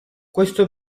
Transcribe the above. questo